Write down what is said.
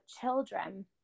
children